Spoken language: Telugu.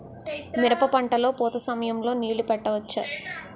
మిరప పంట లొ పూత సమయం లొ నీళ్ళు పెట్టవచ్చా?